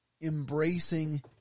embracing